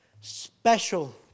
special